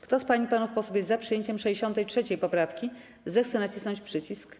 Kto z pań i panów posłów jest za przyjęciem 63. poprawki, zechce nacisnąć przycisk.